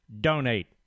donate